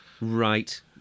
right